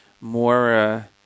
more